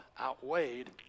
outweighed